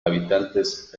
habitantes